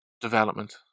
development